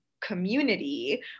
community